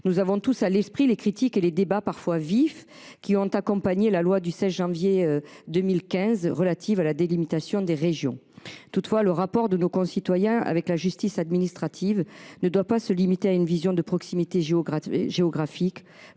Nous avons tous à l’esprit les critiques et les débats, parfois vifs, qui ont accompagné la loi du 16 janvier 2015 relative à la délimitation des régions. Toutefois, le rapport de nos concitoyens à la justice administrative ne doit pas se limiter à une vision relevant de la proximité géographique.